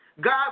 God